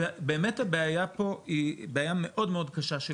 באמת הבעיה פה היא בעיה מאוד קשה של